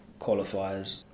qualifiers